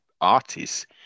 artists